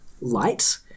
light